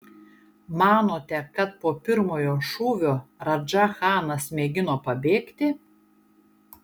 manote kad po pirmojo šūvio radža chanas mėgino pabėgti